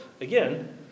again